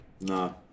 no